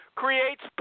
creates